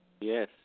Yes